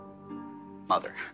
mother